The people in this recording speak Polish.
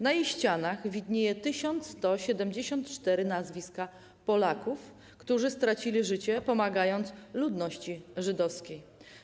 Na jej ścianach widnieją 1174 nazwiska Polaków, którzy stracili życie, pomagając ludności żydowskiej.